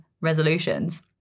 resolutions